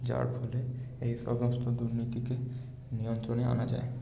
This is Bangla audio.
যার ফলে এই সমস্ত দুর্নীতিকে নিয়ন্ত্রণে আনা যায়